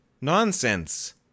nonsense